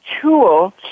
tool